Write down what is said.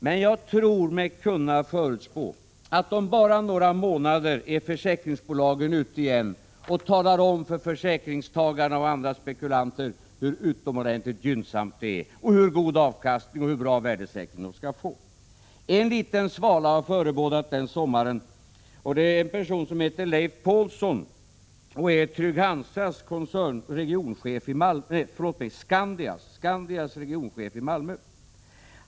Men jag tror mig kunna förutspå att om bara några månader är försäkringsbolagen ute igen och talar om för försäkringstagarna och andra spekulanter hur utomordentligt gynnsamt det här är samt hur god avkastning och hur bra värdesäkring de skall få. Enliten svala har förebådat den sommaren, och det är en person som heter Leif Pålsson och är Trygg-Hansas — förlåt mig: Skandias — regionchef i Malmö.